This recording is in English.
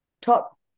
top